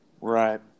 Right